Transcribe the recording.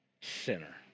sinner